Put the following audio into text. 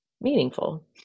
meaningful